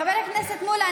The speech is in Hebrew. חבר הכנסת מולא,